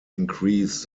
increase